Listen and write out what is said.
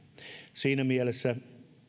siinä mielessä